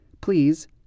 please